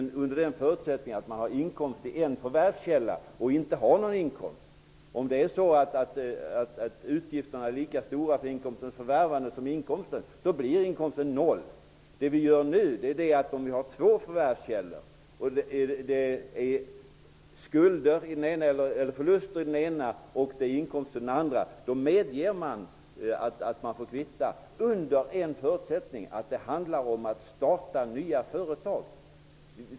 Man kan göra det under förutsättning att man har inkomst i en förvärvskälla utan inkomst i en annan. Om utgifterna för inkomstens förvärvande är lika stora som inkomsten, blir inkomsten noll. Det vi nu åsyftar är att vid två förvärvskällor med förluster i den ena och inkomster i den andra medge kvittning under förutsättningen att det handlar om att starta nya företag.